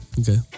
okay